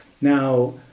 Now